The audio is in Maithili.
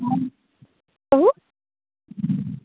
हँ कहु